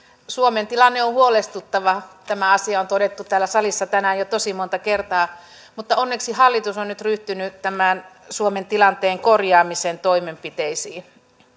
suomen tilanne on huolestuttava tämä asia on todettu täällä salissa tänään jo tosi monta kertaa mutta onneksi hallitus on nyt ryhtynyt tämän suomen tilanteen korjaamisen toimenpiteisiin